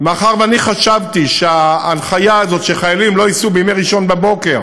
מאחר שחשבתי שההנחיה הזאת שחיילים לא ייסעו בימי ראשון בבוקר